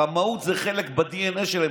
הרמאות זה חלק מהדנ"א שלהם,